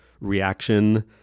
reaction